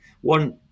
one